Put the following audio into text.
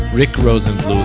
rick rosenbluth,